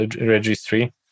registry